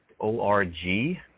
O-R-G